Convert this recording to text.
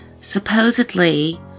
Supposedly